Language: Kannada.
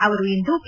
ಅವರು ಇಂದು ಕೆ